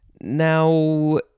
Now